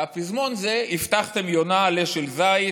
והפזמון זה: "הבטחתם יונה / עלה של זית /